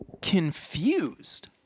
confused